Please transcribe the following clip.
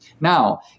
Now